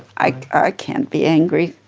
i i can't be angry.